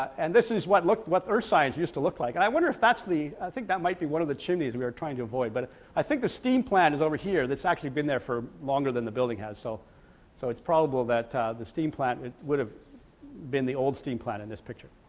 and this is what look what earth science used to look like and i wonder if that's the i think that might be one of the chimneys we were trying to avoid but i think the steam plant is over here that's actually been there for longer than the building has so so it's probable that the steam plant would have been the old steam plant in this picture.